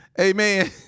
amen